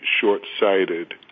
short-sighted